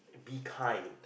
be kind